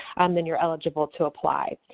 and then you're eligible to apply.